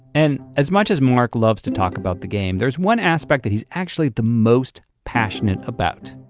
and as much as mark loves to talk about the game, there's one aspect that he's actually the most passionate about.